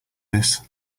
this